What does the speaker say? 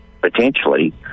potentially